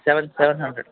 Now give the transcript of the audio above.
seven seven hundred